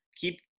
keep